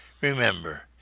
Remember